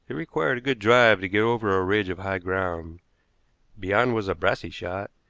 it required a good drive to get over a ridge of high ground beyond was a brassey shot,